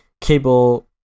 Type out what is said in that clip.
cable